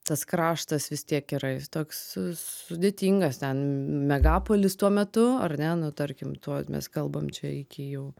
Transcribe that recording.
tas kraštas vis tiek yra jis toks sudėtingas ten megapolis tuo metu ar ne nu tarkim tuo mes kalbam čia iki jau